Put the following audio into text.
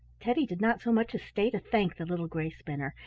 teddy did not so much as stay to thank the little gray spinner,